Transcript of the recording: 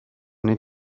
need